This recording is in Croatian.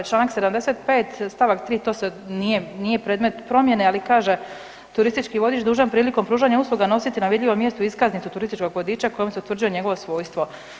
Članak 75. stavak 3. to sad nije, nije predmet promjene, ali kaže turistički vodič dužan prilikom pružanja usluge nositi na vidljivom mjestu iskaznicu turističkog vodiča kojem se utvrđuje njegovo svojstvo.